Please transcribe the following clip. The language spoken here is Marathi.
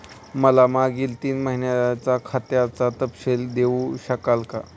मला मागील तीन महिन्यांचा खात्याचा तपशील देऊ शकाल का?